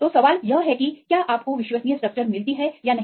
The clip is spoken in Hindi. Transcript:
तो सवाल यह है कि क्या आपको विश्वसनीयस्ट्रक्चर मिलती है या नहीं